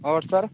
और सर